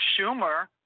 Schumer